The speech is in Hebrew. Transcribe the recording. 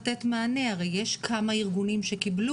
חבר הכנסת מוסי רז לשאלתו שעלתה בדיון והיא מתי הארגונים שמשתתפים